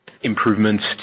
improvements